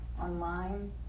online